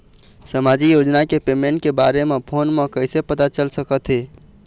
सामाजिक योजना के पेमेंट के बारे म फ़ोन म कइसे पता चल सकत हे?